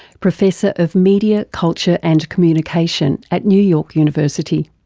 professor of media culture and communication at new york university.